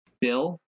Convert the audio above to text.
Bill